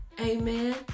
Amen